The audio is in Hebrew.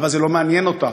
אבל זה לא מעניין אותה.